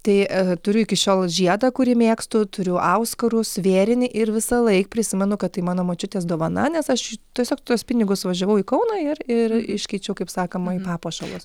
tai turiu iki šiol žiedą kurį mėgstu turiu auskarus vėrinį ir visąlaik prisimenu kad tai mano močiutės dovana nes aš tiesiog tuos pinigus važiavau į kauną ir ir iškeičiau kaip sakama į papuošalus